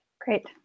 Great